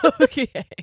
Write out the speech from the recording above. okay